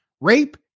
rape